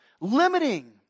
limiting